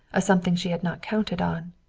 a something she had not counted on.